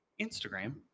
instagram